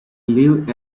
live